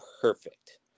perfect